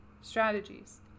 strategies